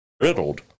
riddled